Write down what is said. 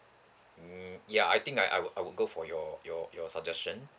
mm ya I think I I will I will go for your your your suggestion